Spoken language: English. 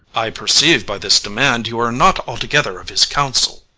i perceive, by this demand, you are not altogether of his counsel.